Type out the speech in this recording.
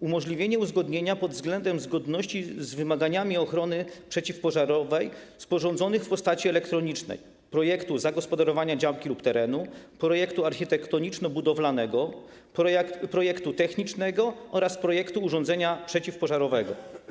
umożliwienie uzgodnienia pod względem zgodności z wymaganiami ochrony przeciwpożarowej sporządzonych w postaci elektronicznej: projektu zagospodarowania działki lub terenu, projektu architektoniczno-budowlanego, projektu technicznego oraz projektu urządzenia przeciwpożarowego.